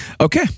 Okay